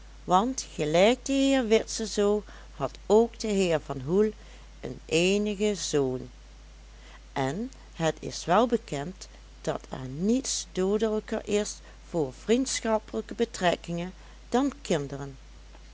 want gelijk de heer witse zoo had ook de heer van hoel een eenigen zoon en het is wel bekend dat er niets doodelijker is voor vriendschappelijke betrekkingen dan kinderen